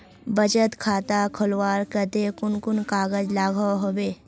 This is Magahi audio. बचत खाता खोलवार केते कुन कुन कागज लागोहो होबे?